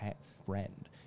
friend